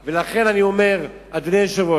לכן, אדוני היושב-ראש,